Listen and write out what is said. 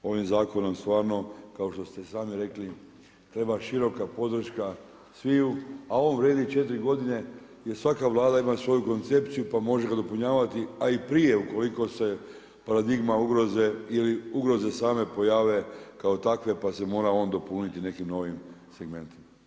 Ovim zakonom stvarno, kao što ste i samo rekli, treba široka podrška sviju a on vrijedi 4 godine jer svaka Vlada ima svoju koncepciju pa može ga nadopunjavati a i prije ukoliko se paradigma ugroze ili ugroze same pojave kao takve pa se mora on dopuniti nekim novim segmentima.